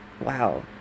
wow